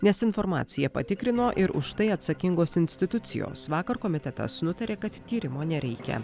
nes informaciją patikrino ir už tai atsakingos institucijos vakar komitetas nutarė kad tyrimo nereikia